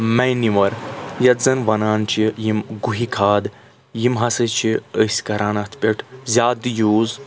manure یَتھ زَن وَنان چھِ یِم گُہہِ کھَاد یِم ہَسا چھِ أسۍ کَران اَتھ پؠٹھ زیادٕ یوٗز